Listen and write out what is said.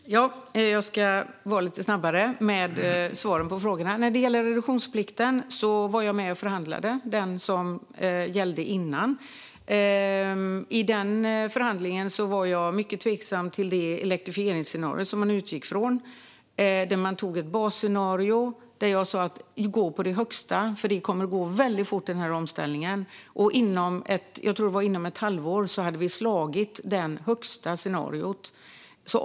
Herr talman! Jag ska vara lite snabbare med svaren på frågorna. Jag var med och förhandlade om den reduktionsplikt som gällde tidigare. I den förhandlingen var jag mycket tveksam till det elektrifieringsscenario som man utgick från - man tog ett basscenario. Jag sa att man skulle gå på det högsta eftersom det kommer att gå väldigt fort i denna omställning. Jag tror att vi inom ett halvår hade slagit det högsta scenariot.